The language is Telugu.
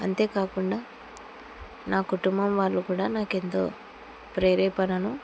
అంతేకాకుండా నా కుటుంబం వాళ్ళు కూడా నాకెంతో ప్రేరణను